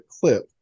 clip